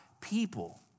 people